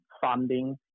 funding